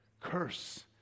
Curse